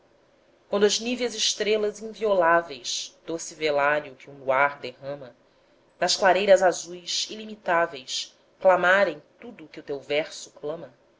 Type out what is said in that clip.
quando as níveas estrelas invioláveis doce velário que um luar derrama nas clareiras azuis ilimitáveis clamarem tudo o que o teu verso clama